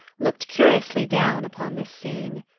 looked curiously down upon this scene.